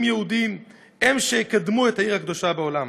יהודיים הם שיקדמו את העיר הקדושה בעולם,